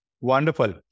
Wonderful